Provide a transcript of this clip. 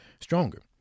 stronger